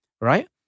Right